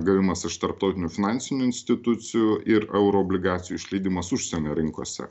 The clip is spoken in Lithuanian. gavimas iš tarptautinių finansinių institucijų ir euroobligacijų išleidimas užsienio rinkose